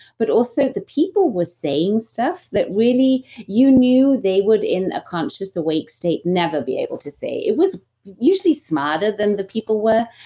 but also the people were saying stuff that really you knew they would in a conscious awake state never be able to say. it was usually smarter than the people were,